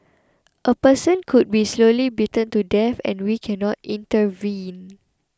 a person could be slowly beaten to death and we cannot intervene